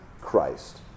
Christ